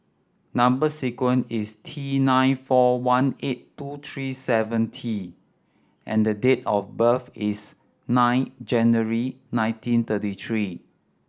number sequence is T nine four one eight two three seven T and the date of birth is nine January nineteen thirty three